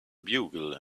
bugle